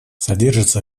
содержатся